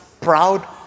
proud